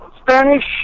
Spanish